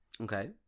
Okay